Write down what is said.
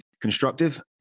constructive